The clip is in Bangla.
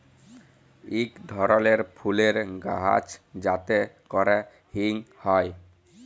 ইক ধরলের ফুলের গাহাচ যাতে ক্যরে হিং হ্যয়